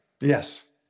Yes